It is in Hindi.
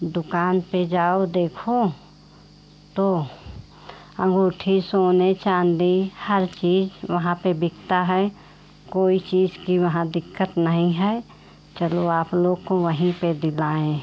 दुकान पर जाओ देखो तो अंगूठी सोने चाँदी हर चीज़ वहाँ पर बिकती है कोई चीज़ की वहाँ दिक़्क़त नहीं है चलो आप लोग को वहीं पर दिलाएँ